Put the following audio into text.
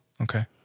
Okay